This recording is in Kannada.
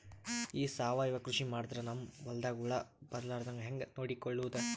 ಈ ಸಾವಯವ ಕೃಷಿ ಮಾಡದ್ರ ನಮ್ ಹೊಲ್ದಾಗ ಹುಳ ಬರಲಾರದ ಹಂಗ್ ನೋಡಿಕೊಳ್ಳುವುದ?